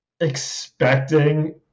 expecting